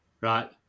Right